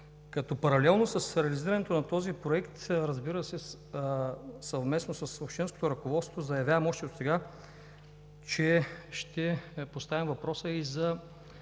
паралелно с реализирането на този проект, разбира се, съвместно с общинското ръководство, заявявам още отсега, че ще поставим въпроса и за